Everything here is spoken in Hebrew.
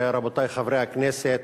רבותי חברי הכנסת,